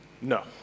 No